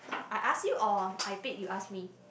I ask you or I pick you ask me